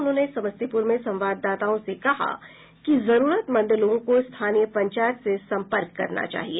उन्होंने समस्तीपुर में संवाददाताओं से कहा कि जरूरतमंद लोगों को स्थानीय पंचायत से संपर्क करना चाहिए